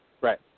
Right